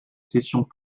cessions